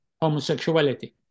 homosexuality